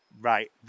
Right